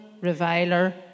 reviler